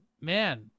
man